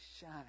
shine